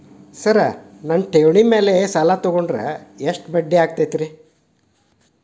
Sir ನನ್ನ ಠೇವಣಿ ಮೇಲೆ ಸಾಲ ತಗೊಂಡ್ರೆ ಎಷ್ಟು ಬಡ್ಡಿ ಆಗತೈತ್ರಿ?